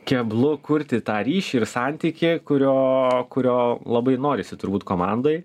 keblu kurti tą ryšį ir santykį kurio kurio labai norisi turbūt komandoj